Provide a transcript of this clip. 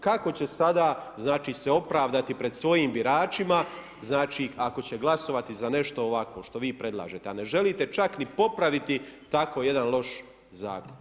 Kako će sada znači se opravdati pred svojim biračima, znači ako će glasovati za nešto ovakvo što vi predlažete, a ne želite čak ni popraviti tako jedan loš Zakon.